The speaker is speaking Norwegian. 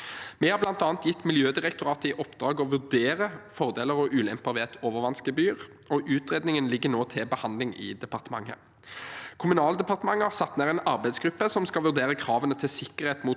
Vi har bl.a. gitt Miljødirektoratet i oppdrag å vurdere fordeler og ulemper ved et overvannsgebyr, og utredningen ligger nå til behandling i departementet. Kommunaldepartementet har satt ned en arbeidsgruppe som skal vurdere kravene til sikkerhet mot